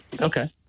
Okay